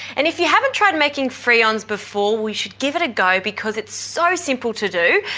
and if you haven't tried making friands before, we should give it a go because it's so simple to do.